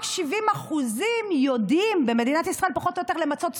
רק 70% יודעים במדינת ישראל פחות או יותר למצות זכויות.